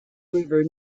river